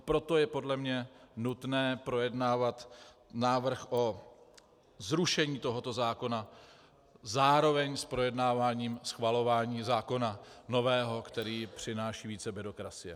Proto je podle mě nutné projednávat návrh na zrušení tohoto zákona zároveň s projednáváním a schvalováním zákona nového, který přináší více byrokracie.